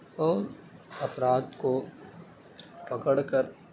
افراد کو پکڑ کر